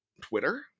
Twitter